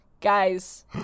guys